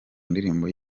ndirimbo